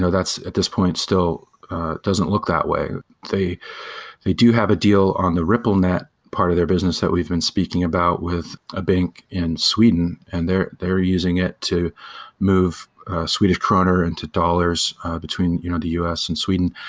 so that's at this point still doesn't look that way. they they do have a deal on the ripple net part of their business that we've been speaking about with a bank in sweden and they're they're using it to move swedish kroner into dollars between you know the us and sweden,